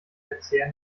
verzehr